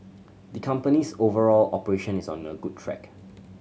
the company's overall operation is on a good track